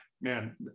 man